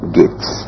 gates